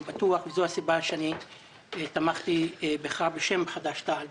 וזאת הסיבה שאני תמכתי בך בשם חד"ש-תע"ל,